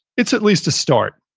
it's at least a start.